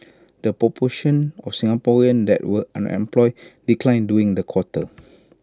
the proportion of Singaporeans that were unemployed declined during the quarter